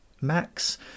max